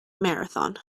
marathon